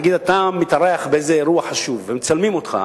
נגיד אתה מתארח באיזה אירוע חשוב ומצלמים אותך,